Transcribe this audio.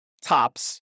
tops